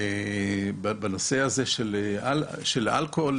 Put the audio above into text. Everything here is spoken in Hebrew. בנושא הזה של אלכוהול,